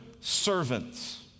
Servants